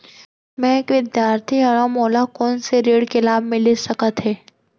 मैं एक विद्यार्थी हरव, मोला कोन से ऋण के लाभ मिलिस सकत हे?